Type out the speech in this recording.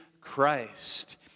Christ